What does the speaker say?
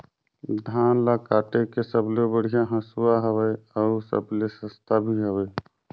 धान ल काटे के सबले बढ़िया हंसुवा हवये? अउ सबले सस्ता भी हवे?